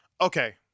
Okay